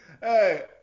Hey